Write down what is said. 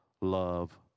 love